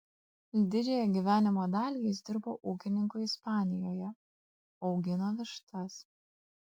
didžiąją gyvenimo dalį jis dirbo ūkininku ispanijoje augino vištas